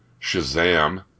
Shazam